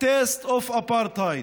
taste of Apartheid.